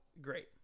Great